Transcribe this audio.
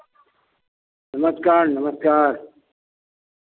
नमस्कार नमस्कार